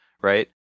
Right